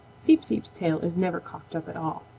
seep-seep's tail is never cocked up at all.